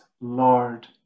Lord